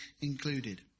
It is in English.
included